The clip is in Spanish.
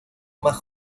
más